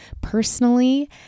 personally